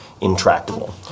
intractable